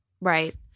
right